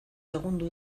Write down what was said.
segundo